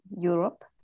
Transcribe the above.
Europe